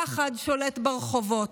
הפחד שולט ברחובות.